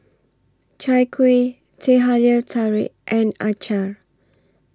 Chai Kuih Teh Halia Tarik and Acar